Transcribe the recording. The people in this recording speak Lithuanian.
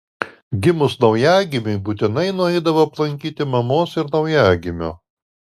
gimus naujagimiui būtinai nueidavo aplankyti mamos ir naujagimio